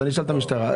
אני אשאל את המשטרה.